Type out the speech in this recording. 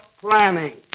planning